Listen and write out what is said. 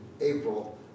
April